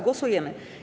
Głosujemy.